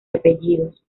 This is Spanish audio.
apellidos